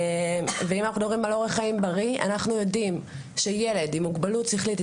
אם אנחנו מדברים על אורח חיים בריא אנחנו יודעים שילד עם מוגבלות שכלית,